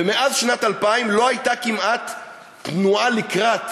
ומאז שנת 2000 לא הייתה כמעט תנועה לקראת